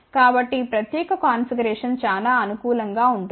కాబట్టి ఈ ప్రత్యేక కాన్ఫిగరేషన్ చాలా అనుకూలం గా ఉంటుంది